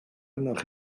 arnoch